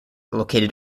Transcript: located